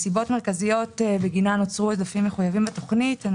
סיבות מרכזיות בגינן נוצרו עודפים מחויבים בתוכנית הן